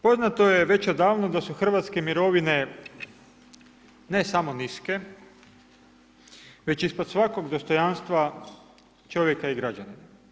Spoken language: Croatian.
Poznato je već odavno da su hrvatske mirovine, ne samo niske, već ispod svakog dostojanstva čovjeka i građana.